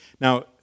Now